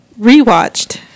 rewatched